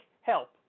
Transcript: help